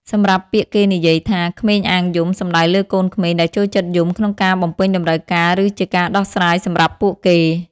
សម្រាប់ពាក្យគេនិយាយថា "ក្មេងអាងយំ" សំដៅលើកូនក្មេងដែលចូលចិត្តយំក្នុងការបំពេញតម្រូវការឬជាការដោះស្រាយសម្រាប់ពួកគេ។